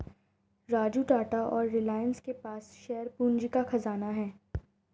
राजू टाटा और रिलायंस के पास शेयर पूंजी का खजाना है